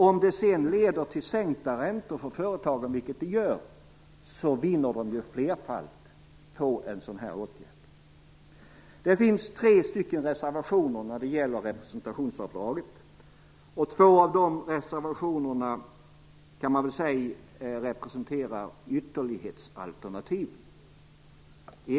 Om detta sedan leder till sänkta räntor för företagen, vilket det gör, vinner de ju flerfalt på en sådan åtgärd. Det finns tre stycken reservationer när det gäller representationsavdraget. Två av dem kan sägas representera ytterlighetsalternativ.